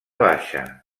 baixa